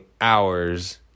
hours